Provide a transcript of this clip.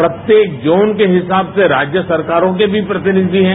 प्रत्येक जोन के हिसाब से राज्य सरकारों के भी प्रतिनिधि हैं